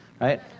right